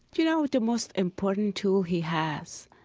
you know, the most important tool he has,